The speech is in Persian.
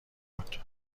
بود